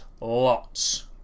lots